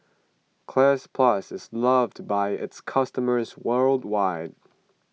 Cleanz Plus is loved by its customers worldwide